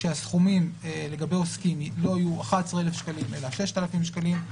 שהסכומים לגבי עוסקים לא יהיו 11,000 שקלים אלא 6,000 שקלים,